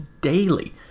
daily